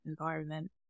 environment